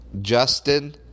Justin